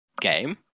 game